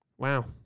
Wow